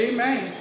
Amen